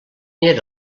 era